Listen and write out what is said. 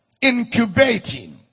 Incubating